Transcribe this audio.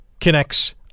connects